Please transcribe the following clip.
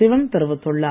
சிவன் தெரிவித்துள்ளார்